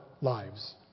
lives